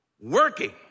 working